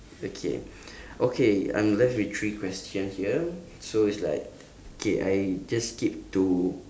okay okay I'm left with three question here so it's like okay I just skip to